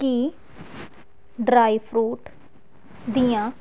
ਕੀ dry fruit ਦੀਆਂ